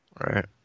Right